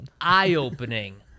eye-opening